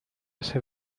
ese